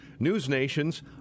NewsNation's